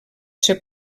ser